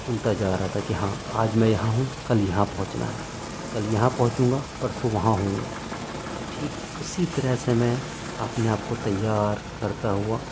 چنتا جا رہا تھا کہ ہاں آج میں یہاں ہوں کل یہاں پہنچنا ہے کل یہاں پہنچوں گا پرسو وہاں ہوں گا تو ٹھیک اسی طرح سے میں اپنے آپ کو تیار کرتا ہوا